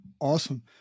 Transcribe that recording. awesome